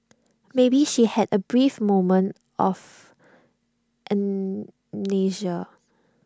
maybe she had A brief moment of amnesia